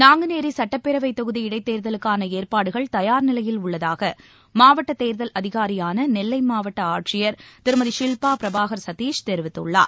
நாங்குநேரி சுட்டப்பேரவைத் தொகுதி இடைத்தேர்தலுக்கான ஏற்பாடுகள் தயார்நிலையில் உள்ளதாக மாவட்ட கேர்கல் அதிகாரியான நெல்லை மாவட்ட ஆட்சியர் திருமதி ஷில்பா பிரபாகர் சதீஷ் தெரிவித்துள்ளார்